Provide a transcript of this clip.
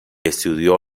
estudió